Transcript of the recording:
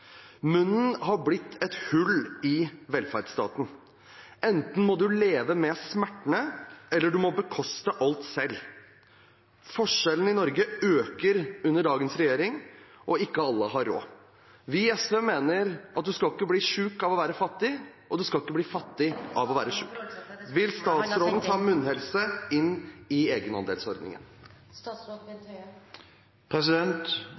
Munnen har blitt et hull i velferdsstaten. Enten må du leve med smertene, eller du må bekoste alt selv. Forskjellene øker nå i Norge, og ikke alle har råd.» Vi i SV mener at du skal ikke bli syk av å være fattig, og du skal ikke bli fattig … Representanten må forholde seg til det spørsmålet han har sendt inn. «Vil statsråden ta munnhelse inn i